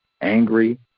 angry